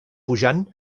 pujant